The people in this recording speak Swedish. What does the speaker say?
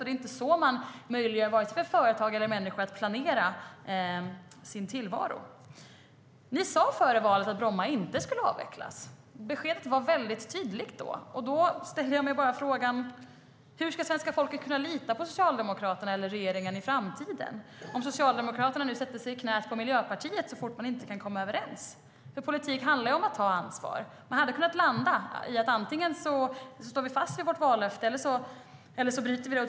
Det är inte så man möjliggör för vare sig företag eller människor att planera sin tillvaro. Ni sade före valet att Bromma inte skulle avvecklas. Beskedet var väldigt tydligt då. Då ställer jag frågan: Hur ska svenska folket kunna lita på Socialdemokraterna eller regeringen i framtiden om Socialdemokraterna nu sätter sig i knät på Miljöpartiet så fort man inte kan komma överens? Politik handlar om att ta ansvar. Ni hade kunnat landa i att antingen stå fast vid sitt vallöfte eller att bryta det.